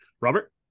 Robert